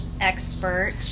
expert